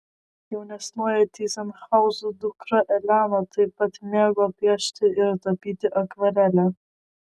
jaunesnioji tyzenhauzų dukra elena taip pat mėgo piešti ir tapyti akvarele